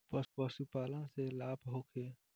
पशु पालन से लाभ होखे?